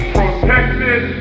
protected